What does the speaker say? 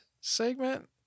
segment